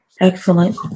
Excellent